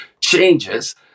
changes